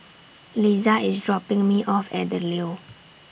Liza IS dropping Me off At The Leo